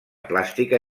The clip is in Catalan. plàstica